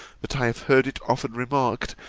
that i have heard it often remarked,